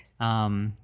yes